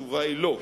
התשובה היא לא,